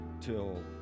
till